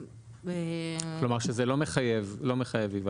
כלומר שזה לא מחייב היוועצות?